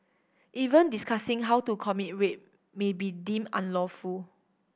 even discussing how to commit rape may be deemed unlawful